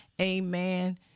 amen